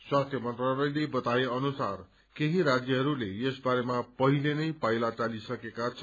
स्वास्थ्य मन्त्रालयले बताए अनुसार केही राज्यहरूले यस बारेमा र पहिले नै पाइला चलिसकेका छन्